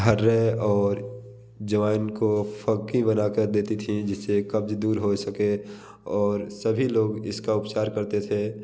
hooray और अजवाइन को फ़क्की बना कर देती थी जिससे कब्ज़ दूर हो सके और सभी लोग इसका उपचार करते थे